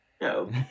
no